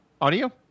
audio